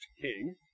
king